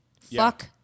Fuck